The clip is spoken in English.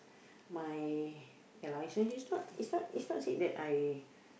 my ya lah is not is not is not said that I